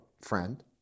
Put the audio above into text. friend